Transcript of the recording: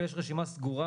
אבל יש רשימה סגורה